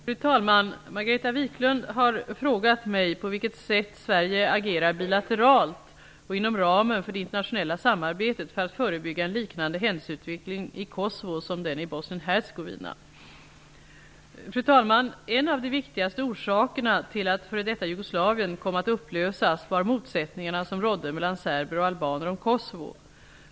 Fru talman! Margareta Viklund har frågat mig på vilket sätt Sverige agerar bilateralt och inom ramen för det internationella samarbetet för att förebygga en liknande händelseutveckling i Kosovo som den i Fru talman! En av de viktigaste orsakerna till att f.d. Jugoslavien kom att upplösas var motsättningarna som rådde mellan serber och albaner om Kosovo.